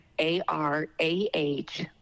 A-R-A-H